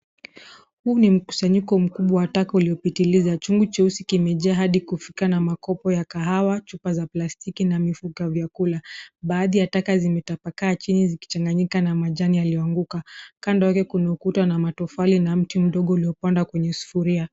Huu ni mkusanyiko mkubwa wa taka uliopitiliza. Chungu cheusi kimejaa hadi kufika na makopo ya kahawa, chupa za plastiki na mifuko ya vyakula. Baadhi ya taka zimetapakaa chini zikichanganyika na majani yaliyoanguka. Kando yake kuna ukuta na matofali na mti mdogo uliopanda kwenye sufuria.